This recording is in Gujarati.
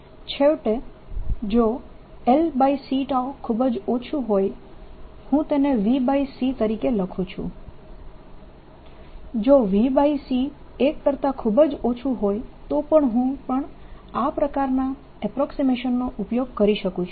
છેવટે જો lc ખૂબ જ ઓછું હોય હું તેને vc તરીકે લખું છું જો vc1 હોય તો પણ હું પણ આ પ્રકારના અપ્રોક્સીમેશન નો ઉપયોગ કરી શકું છું